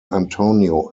antonio